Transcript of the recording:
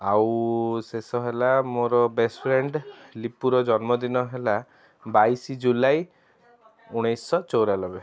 ଆଉ ଶେଷ ହେଲା ମୋର ବେଷ୍ଟଫ୍ରେଣ୍ଡ୍ ଲିପୁର ଜନ୍ମ ଦିନ ହେଲା ବାଇଶି ଜୁଲାଇ ଉଣେଇଶହ ଚୋରାନବେ